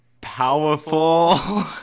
Powerful